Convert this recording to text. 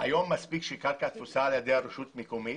היום מספיק שקרקע תפוסה על-ידי הרשות המקומית